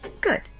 Good